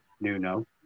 Nuno